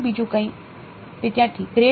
વિદ્યાર્થી ગ્રેડ